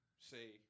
say